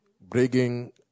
bringing